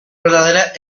verdadera